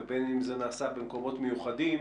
ובין אם זה נעשה במקומות מיוחדים,